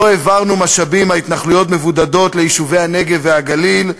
לא העברנו משאבים מהתנחלויות מבודדות ליישובי הנגב והגליל,